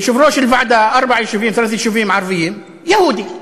יושב-ראש של ועדה, ארבעה יישובים ערביים, יהודי.